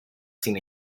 sin